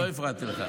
לא הפרעתי לך.